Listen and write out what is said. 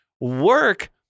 work